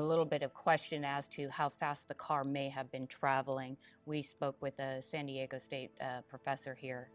little bit of question as to how fast the car may have been traveling we spoke with the san diego state professor here